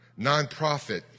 nonprofit